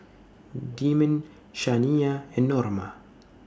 Demond Shaniya and Norma